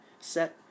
set